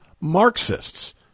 Marxists